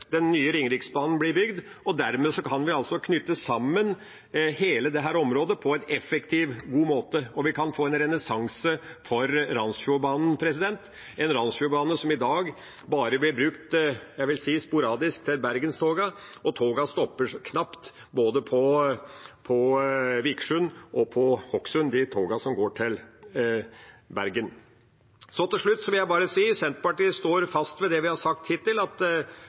den nye Ringeriksbanen blir bygd. Dermed kan vi knytte sammen hele dette området på en effektiv og god måte, og vi kan få en renessanse for Randsfjordbanen, en bane som i dag bare blir brukt sporadisk, vil jeg si, til bergenstogene. De togene som går til Bergen, stopper knapt både på Vikersund og på Hokksund. Helt til slutt vil jeg bare si: Senterpartiet står fast ved det vi har sagt hittil, og det vi har sagt hele tida, at